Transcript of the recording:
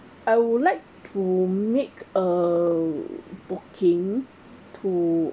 I would like to make a booking to